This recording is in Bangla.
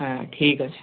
হ্যাঁ ঠিক আছে